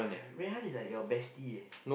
Rui-Han is like your bestie eh